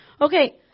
Okay